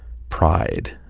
pride,